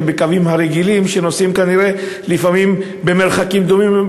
בקווים הרגילים שנוסעים לפעמים מרחקים דומים,